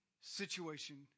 situation